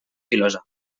filosa